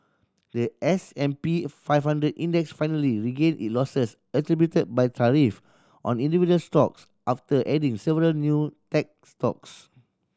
the S and P five hundred Index finally regained it losses attributed by tariff on individual stocks after adding several new tech stocks